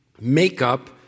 makeup